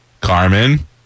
Carmen